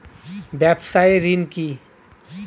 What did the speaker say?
ব্যবসায় ঋণ কি?